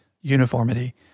uniformity